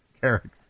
character